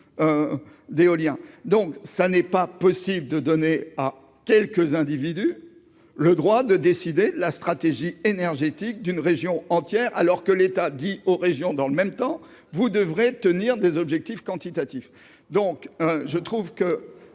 d'éolien, donc ça n'est pas possible de donner à quelques individus, le droit de décider la stratégie énergétique d'une région entière, alors que l'État dit aux régions dans le même temps, vous devrez tenir des objectifs quantitatifs, donc je trouve que,